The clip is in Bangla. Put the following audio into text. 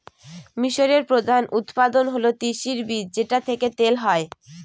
মিশরের প্রধান উৎপাদন হল তিসির বীজ যেটা থেকে তেল হয়